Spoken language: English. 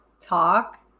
talk